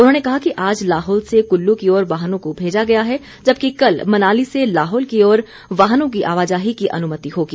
उन्होंने कहा कि आज लाहौल से कुल्लू की ओर वाहनों को भेजा गया है जबकि कल मनाली से लाहौल की ओर वाहनों की आवाजाही की अनुमति होगी